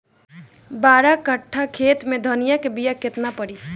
बारह कट्ठाखेत में धनिया के बीया केतना परी?